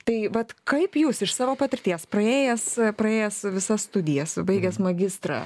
tai vat kaip jūs iš savo patirties praėjęs praėjęs visas studijas baigęs magistrą